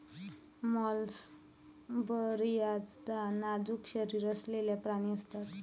mollusc बर्याचदा नाजूक शरीर असलेले प्राणी असतात